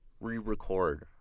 Re-record